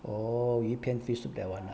or you can fish soup that [one] lah